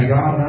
God